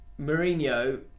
Mourinho